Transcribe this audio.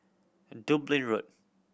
Dublin Road